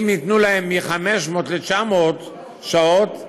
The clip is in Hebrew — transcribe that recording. אם יעלו להם מ-500 ל-900 שעות,